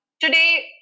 today